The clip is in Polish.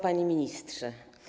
Panie Ministrze!